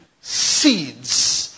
seeds